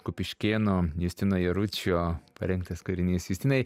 kupiškėno justino jaručio parengtas kūrinys justinai